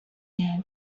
can